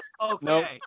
Okay